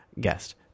Guest